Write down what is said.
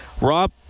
Rob